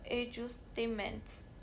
adjustments